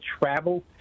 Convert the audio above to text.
travel